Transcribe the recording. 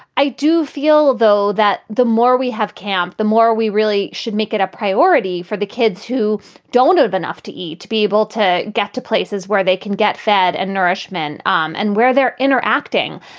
i do feel, though, that the more we have camp, the more we really should make it a priority for the kids who don't have enough to eat to be able to get to places where they can get fed and nourishment um and where they're interacting.